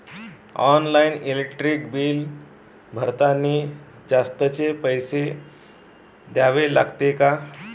Online electric bill भरतानी जास्तचे पैसे द्या लागते का?